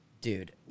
Dude